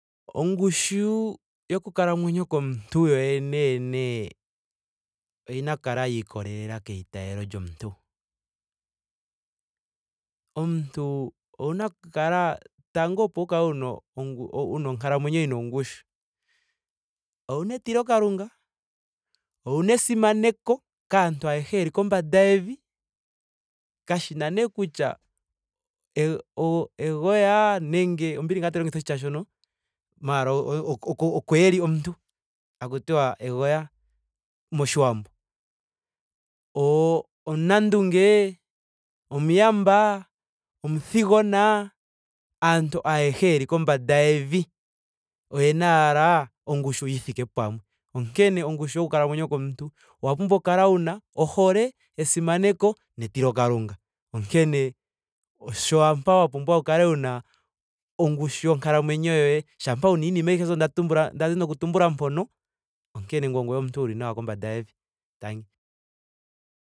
Ongushu yoku kalamwenyo komuntu yoye yene oyina oku kala yiikolelela keitaalo lyomuntu. Omuntu owuna oku kala. tango opo wu- wu- wuna onkalamwenyo yina ongushu. owuna etilo kalunga. owuna esimaneko kaantu ayehe yeli kombanda yevi. Kashina nee kutya e- o- o egoya. nenge. ombili ngaa tandi longitha oshitya shono. maara oko- oko eli omuntu haku tiwa egoya moshiwambo. O- omunandunge. omuyamba. omuthigona. aantu ayehe yeli kombanda yevi oyena owala ongushu yi thike pamwe. Onkene ongushuu yoku kalamwenyo komuntu. owa pumbwa oku kala wuna ohole. esimaneko. netilo kalunga. Onkene shampa wa pumbwa oku kala wuna ongushu yonkalamwenyo yoye. shampa wuna iinima ayihe mbyoka nda tumbula nda zi noku tumbula mpono. onkene ongoye omunntu wuli nawa kombanda yevi. Tangi